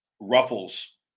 Ruffles